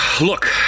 Look